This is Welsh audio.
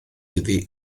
iddi